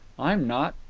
i'm not.